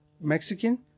Mexican